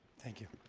thank you